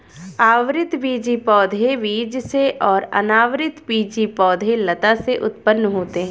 आवृतबीजी पौधे बीज से और अनावृतबीजी पौधे लता से उत्पन्न होते है